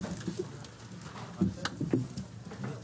הישיבה ננעלה בשעה 14:00.